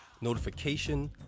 notification